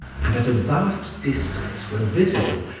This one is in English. and at a vast distance were visible,